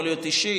יכול להיות אישי,